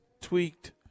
tweaked